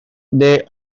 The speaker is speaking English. they